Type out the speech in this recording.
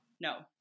No